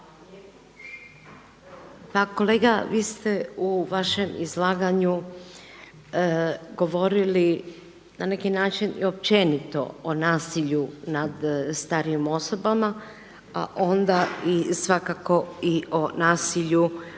Pa kolega vi ste u vašem izlaganju govorili na neki način i općenito i o nasilju nad starijim osobama, a onda i svakako o nasilju